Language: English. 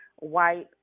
white